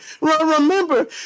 Remember